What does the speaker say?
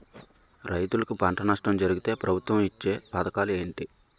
రైతులుకి పంట నష్టం జరిగితే ప్రభుత్వం ఇచ్చా పథకాలు ఏంటి?